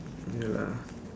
ya lah